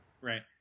Right